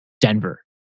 Denver